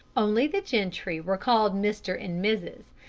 only the gentry were called mr. and mrs.